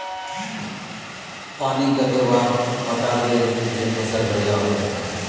पानी कते बार पटाबे जे फसल बढ़िया होते?